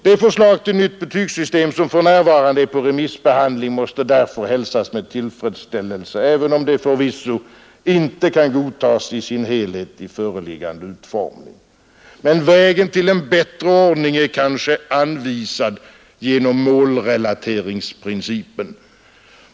Det förslag till nytt betygssystem som för närvarande remissbehandlas måste därför hälsas med tillfredsställelse, även om det förvisso inte kan godtas i sin helhet i föreliggande utformning. Men vägen till en bättre ordning är kanske anvisad genom målrelateringsprincipen.